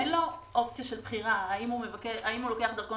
אין לו אופציה של בחירה האם הוא לוקח דרכון